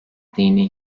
dini